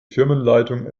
firmenleitung